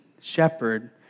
shepherd